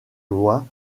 lois